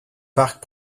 parc